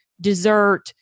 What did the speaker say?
dessert